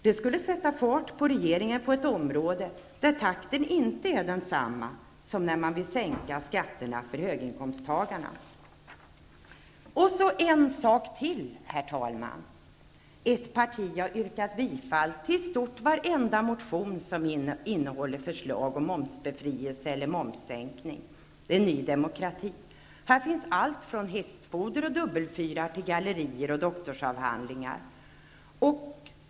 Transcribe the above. Det skulle sätta fart på regeringen på ett område där takten inte är densamma som den är på de områden där man vill sänka skatterna för höginkomsttagarna. En sak till, herr talman! Ett parti har yrkat bifall till i stort sett varenda motion som innehåller förslag om momsbefrielse eller momssänkning, nämligen Ny demokrati. Här finns allt från hästfoder och dubbelfyrar till gallerier och doktorsavhandlingar.